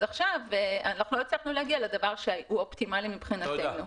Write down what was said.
אז עכשיו לא הצלחנו להגיע לדבר שהוא האופטימלי מבחינתנו.